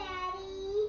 Daddy